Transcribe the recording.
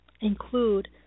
include